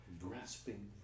grasping